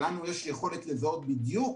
כי לנו יש יכולת לזהות בדיוק